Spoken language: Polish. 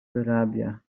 wyrabia